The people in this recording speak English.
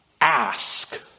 ask